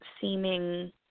seeming